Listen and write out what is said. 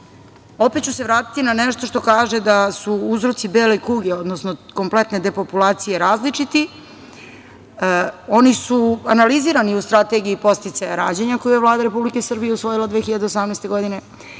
opet ću se vratiti na nešto što kaže da su uzroci bele kuge, odnosno kompletne depopulacije različiti. Oni su analizirani u Strategiji podsticaja rađanja koji je Vlada Republike Srbije usvojila 2018. godine,